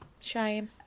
shame